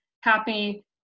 happy